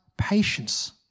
Patience